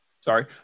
Sorry